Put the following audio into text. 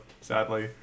sadly